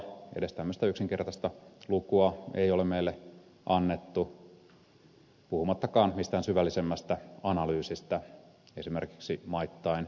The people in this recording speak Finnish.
edes tämmöistä yksinkertaista lukua ei ole meille annettu puhumattakaan mistään syvällisemmästä analyysista esimerkiksi maittain